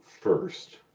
first